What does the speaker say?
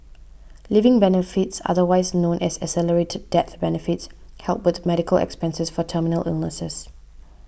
living benefits otherwise known as accelerated death benefits help with medical expenses for terminal illnesses